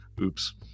Oops